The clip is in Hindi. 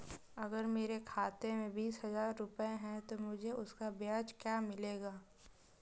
अगर मेरे खाते में बीस हज़ार रुपये हैं तो मुझे उसका ब्याज क्या मिलेगा?